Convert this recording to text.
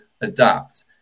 adapt